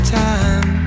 time